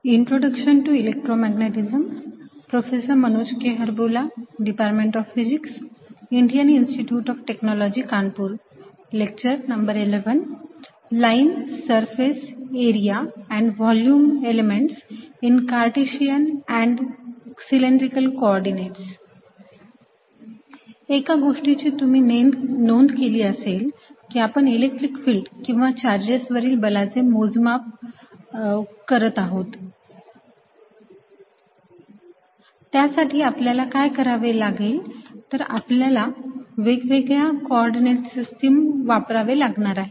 line surface area and volume elements in Cartesian and cylindrical coordinates एका गोष्टीची तुम्ही नोंद केली असेल की आपण इलेक्ट्रिक फिल्ड किंवा चार्जेस वरील बलाचे मोजमाप करत आहोत त्यासाठी आपल्याला काय करावे लागेल तर आपल्याला वेगवेगळ्या कोऑर्डिनेट सिस्टीम वापरावे लागणार आहेत